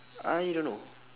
I don't know